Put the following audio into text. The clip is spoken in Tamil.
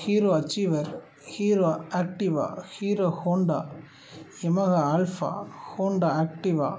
hero Achiever Hero Activa Hero Honda Yamaha Alpha Honda Activa